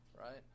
Right